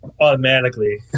automatically